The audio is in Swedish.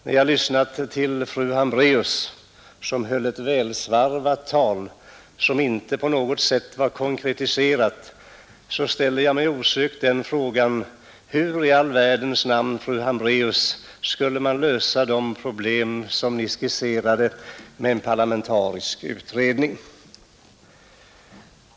När jag lyssnade på fru Hambraeus, som höll ett välsvarvat men inte på något sätt konkretiserat tal, ställde jag mig osökt frågan: hur i all världens namn skulle man kunna lösa de problem som fru Hambraeus skisserade med en parlamentarisk utredning?